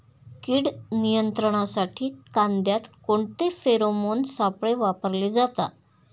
कीड नियंत्रणासाठी कांद्यात कोणते फेरोमोन सापळे वापरले जातात?